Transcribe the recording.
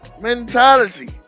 mentality